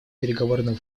переговорным